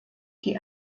die